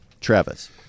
Travis